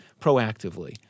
proactively